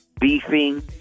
beefing